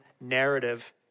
narrative